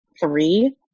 three